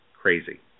crazy